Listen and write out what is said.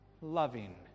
loving